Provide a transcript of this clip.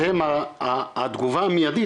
שהם התגובה המיידית,